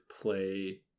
play